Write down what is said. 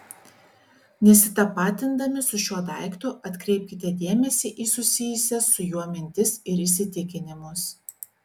nesitapatindami su šiuo daiktu atkreipkite dėmesį į susijusias su juo mintis ir įsitikinimus